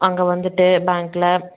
அங்கே வந்துட்டு பேங்க்கில்